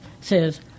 says